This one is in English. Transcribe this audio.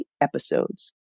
episodes